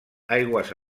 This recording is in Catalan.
aigües